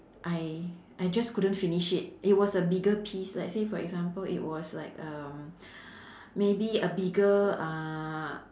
I I just couldn't finish it it was a bigger piece let's say for example it was like um maybe a bigger uh